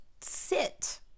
sit